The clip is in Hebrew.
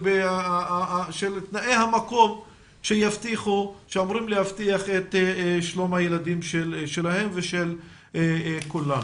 של תנאי המקום שאמורים להבטיח את שלום הילדים שלהם ושל כולנו.